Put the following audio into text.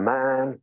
man